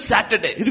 Saturday